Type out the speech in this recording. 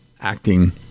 acting